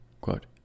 quote